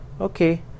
okay